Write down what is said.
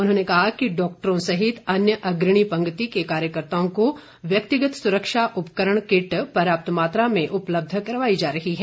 उन्होंने कहा कि डॉक्टरों सहित अन्य अग्रणी पंक्ति के कार्यकर्ताओं को व्यक्तिगत सुरक्षा उपकरण किट पर्याप्त मात्रा में उपलब्ध करवाई जा रही है